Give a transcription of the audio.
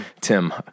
Tim